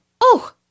Oh